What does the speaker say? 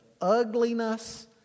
ugliness